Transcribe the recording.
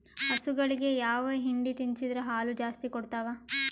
ಹಸುಗಳಿಗೆ ಯಾವ ಹಿಂಡಿ ತಿನ್ಸಿದರ ಹಾಲು ಜಾಸ್ತಿ ಕೊಡತಾವಾ?